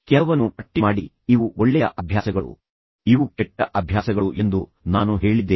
ಕೆಲವನ್ನು ಪಟ್ಟಿ ಮಾಡಿ ಇವು ಒಳ್ಳೆಯ ಅಭ್ಯಾಸಗಳು ಇವು ಕೆಟ್ಟ ಅಭ್ಯಾಸಗಳು ಎಂದು ನಾನು ಹೇಳಿದ್ದೇನೆ